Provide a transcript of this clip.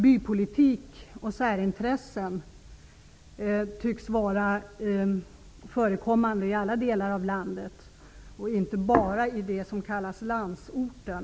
Bypolitik och särintressen tycks vara förekommande i alla delar av landet och inte enbart i det som kallas landsorten.